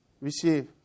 receive